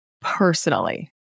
personally